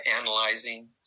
analyzing